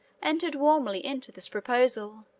entered warmly into this proposal.